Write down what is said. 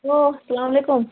hello سلام علیکُم